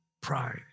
pride